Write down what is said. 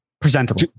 presentable